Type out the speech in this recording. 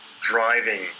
driving